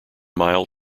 mile